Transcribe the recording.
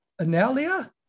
Analia